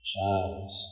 Shines